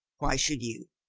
why should you?